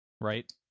Right